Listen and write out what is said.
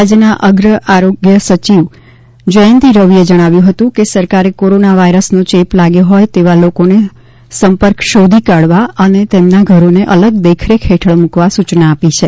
રાજ્યના અગ્ર આરોગ્ય સચિવ જયંતી રવિએ જણાવ્યું હતું કે સરકારે કોરોના વાયરસનો ચેપ લાગ્યો હોય તેવા લોકોના સંપર્ક શોધી કાઢવા અને તેમના ઘરોને અલગ દેખરેખ હેઠળ મૂકવા સૂચના આપી છે